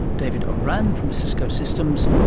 david oran from cisco systems,